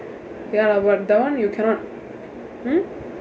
ya lah but that oneyou cannot mm